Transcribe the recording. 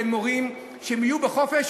בין מורים שיהיו בחופש,